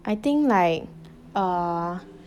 I think like err